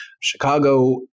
Chicago